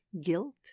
Guilt